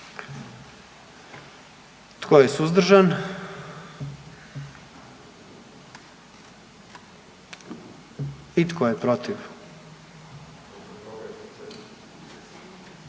Tko je suzdržan? I tko je protiv?